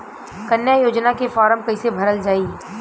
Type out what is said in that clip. कन्या योजना के फारम् कैसे भरल जाई?